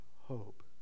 hope